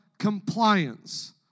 Compliance